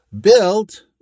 built